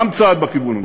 גם צעד בכיוון הנכון.